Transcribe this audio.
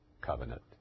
covenant